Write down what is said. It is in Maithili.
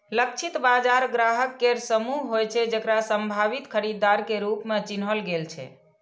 लक्षित बाजार ग्राहक केर समूह होइ छै, जेकरा संभावित खरीदार के रूप मे चिन्हल गेल छै